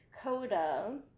Coda